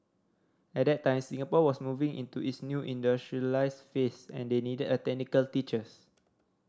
at that time Singapore was moving into its new industrialised phase and they needed technical teachers